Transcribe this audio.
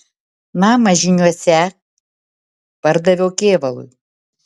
namą žyniuose pardaviau kėvalui